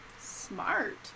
Smart